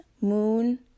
Moon